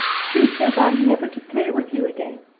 she says i'm never to play with you again.